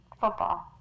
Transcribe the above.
Football